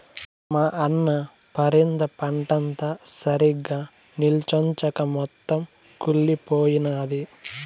మా అన్న పరింద పంటంతా సరిగ్గా నిల్చొంచక మొత్తం కుళ్లిపోయినాది